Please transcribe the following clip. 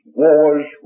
wars